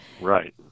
right